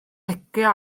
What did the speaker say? licio